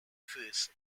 firsts